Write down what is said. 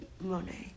Monet